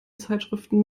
zeitschriften